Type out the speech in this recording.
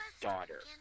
daughter